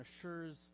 assures